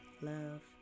love